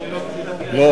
אדוני היושב-ראש,